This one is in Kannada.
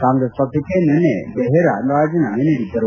ಕಾಂಗ್ರೆಸ್ ಪಕ್ಷಕ್ಕೆ ನಿನ್ನೆ ಬೆಹೇರ ರಾಜೀನಾಮೆ ನೀಡಿದ್ದರು